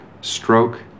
stroke